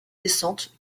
descente